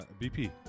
BP